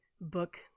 book